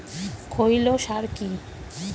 খৈল সার কি?